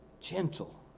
gentle